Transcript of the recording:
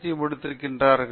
D முடித்திருக்கிறார்கள்